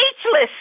speechless